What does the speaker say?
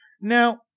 Now